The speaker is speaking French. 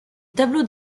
tableau